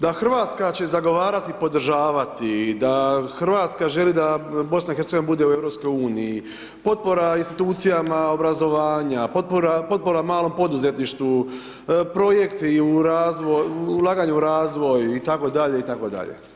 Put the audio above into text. Da Hrvatska će zagovarati i podržavati, da Hrvatska želi da BiH bude u EU, potpora institucijama obrazovanja, potpora malom poduzetništvu, projekti, ulaganja u razvoj itd., itd.